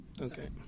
Okay